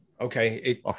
okay